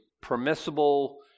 permissible